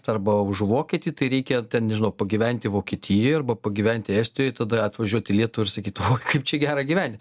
arba už vokietį tai reikia ten nežinau pagyventi vokietijoj arba pagyventi estijoj tada atvažiuoti į lietuvą ir sakyt o kaip čia gera gyventi